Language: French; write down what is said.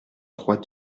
trois